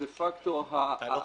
זה פקטור --- לא חייב.